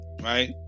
Right